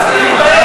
תתבייש